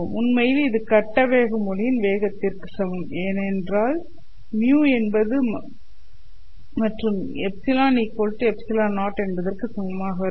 உண்மையில் இந்த கட்ட வேகம் ஒளியின் வேகத்திற்கு சமம் ஏனெனில் μ என்பது மற்றும் εε0 என்பதற்கு சமமாக இருக்கும்